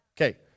Okay